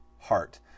heart